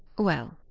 well,